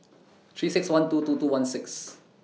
three six one two two two one six